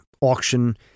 auction